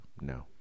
No